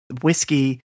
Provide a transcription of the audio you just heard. whiskey